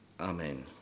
Amen